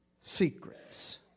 secrets